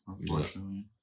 unfortunately